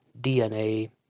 DNA